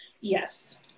Yes